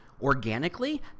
Organically